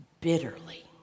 bitterly